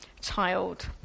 child